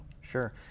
Sure